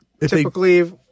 typically